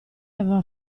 aveva